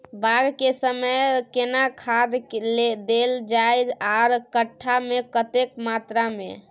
बाग के समय केना खाद देल जाय आर कट्ठा मे कतेक मात्रा मे?